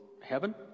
heaven